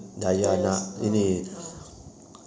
dayah's ah ah